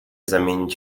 zamienić